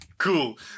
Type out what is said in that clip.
cool